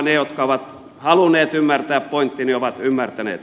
ne jotka ovat halunneet ymmärtää pointtini ovat ymmärtäneet